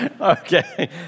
Okay